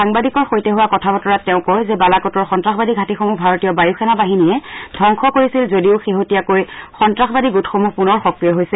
সাংবাদিকৰ সৈতে হোৱা কথা বতৰাত তেওঁ কয় যে বালাকটৰ সন্তাসবাদী ঘাটিসমূহ ভাৰতীয় বায়ুসেনা বাহিনীয়ে ধ্ৰাংস কৰিছিল যদিও শেহতীয়াকৈ সন্তাসবাদী গোটসমূহ পুনৰ সক্ৰিয় হৈছে